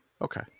Okay